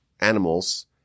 animals